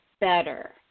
better